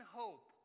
hope